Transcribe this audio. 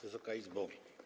Wysoka Izbo!